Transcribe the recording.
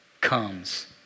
comes